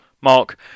mark